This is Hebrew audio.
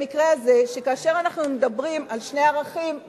במקרה הזה היא שכאשר אנחנו מדברים על שני ערכים,